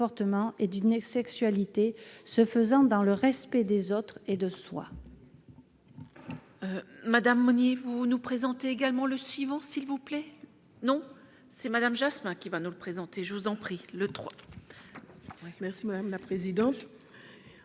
comportement et d'une sexualité se pratiquant dans le respect des autres et de soi.